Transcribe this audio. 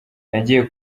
nagiye